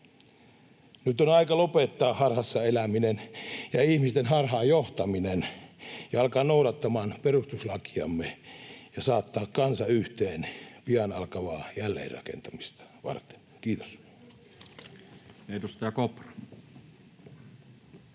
Nyt on aika lopettaa harhassa eläminen ja ihmisten harhaan johtaminen ja alkaa noudattamaan perustuslakiamme ja saattaa kansa yhteen pian alkavaa jälleenrakentamista varten. — Kiitos. [Speech 23]